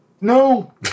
No